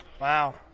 Wow